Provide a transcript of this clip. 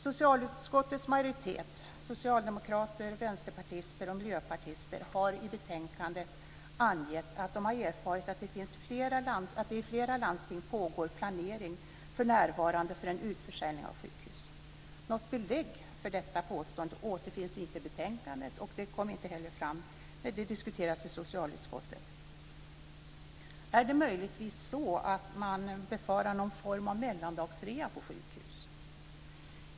Socialutskottets majoritet, socialdemokrater, vänsterpartister och miljöpartister, har i betänkandet angett att de har erfarit att det för närvarande pågår planering i flera landsting för en utförsäljning av sjukhus. Något belägg för detta påstående återfinns inte i betänkandet, och det kom inte heller fram när det diskuterades i socialutskottet. Är det möjligtvis så att man befarar någon form av mellandagsrea på sjukhus?